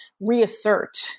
reassert